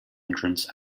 entrance